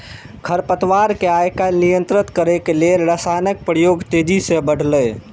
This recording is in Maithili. खरपतवार कें आइकाल्हि नियंत्रित करै लेल रसायनक प्रयोग तेजी सं बढ़लैए